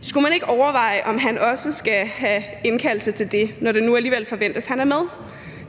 Skulle man ikke overveje, om han ikke også skal have indkaldelse til det, når det nu alligevel forventes, at han er med?